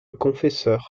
confesseur